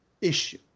issue